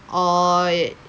or